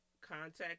contact